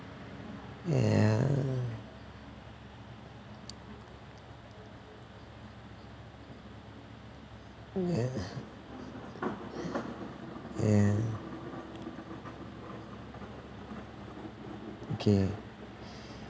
ya ya ya okay